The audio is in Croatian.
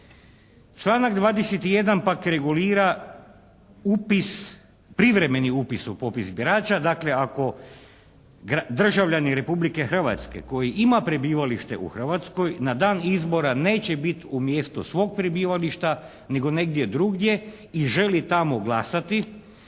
Članak 21. pak regulira upis, privremeni upis birača, dakle ako državljanin Republike Hrvatske koji ima prebivalište u Hrvatskoj na dan izbora neće bit u mjestu svog prebivališta, nego negdje drugdje i želi tamo glasati,